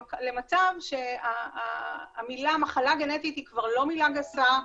למצב שהמילה מחלה גנטית היא כבר לא מילה גסה,